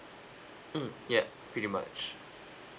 mm yup pretty much